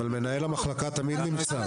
אבל רופא מחלקה תמיד נמצא.